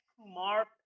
Kumar